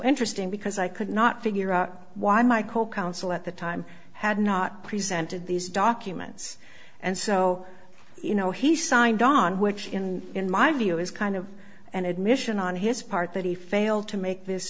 interesting because i could not figure out why my co counsel at the time had not presented these documents and so you know he signed on which in in my view is kind of an admission on his part that he failed to make this